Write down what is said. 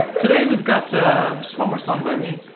today we've got just one more song by me.